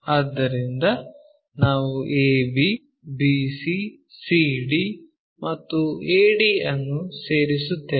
ಆದ್ದರಿಂದ ನಾವು ab bc cd ಮತ್ತು ad ಅನ್ನು ಸೇರಿಸುತ್ತೇವೆ